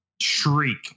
shriek